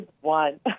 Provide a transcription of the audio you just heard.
one